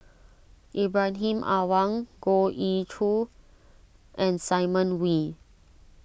Ibrahim Awang Goh Ee Choo and Simon Wee